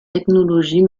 technologies